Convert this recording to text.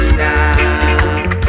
now